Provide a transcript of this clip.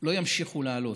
לא ימשיכו לעלות.